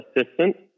Assistant